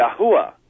Yahuwah